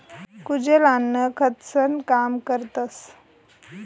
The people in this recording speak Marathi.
कुजेल अन्न खतंसनं काम करतस